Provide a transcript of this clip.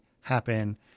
happen